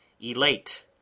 elate